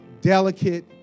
delicate